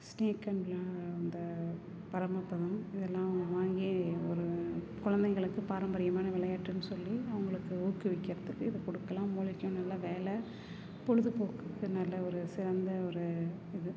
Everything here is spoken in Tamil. ஸ்நேக் அண்ட்ல அந்த பரமப்பதம் இதெல்லாம் அவங்க வாங்கி ஒரு கொழந்தைங்களுக்கு பாரம்பரியமான விளையாட்டுன்னு சொல்லி அவங்களுக்கு ஊக்குவிக்கிறதுக்கு இதை கொடுக்கலாம் மூளைக்கும் நல்ல வேலை பொழுதுபோக்குக்கு நல்ல ஒரு சிறந்த ஒரு இது